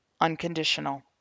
Unconditional